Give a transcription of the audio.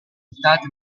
risultati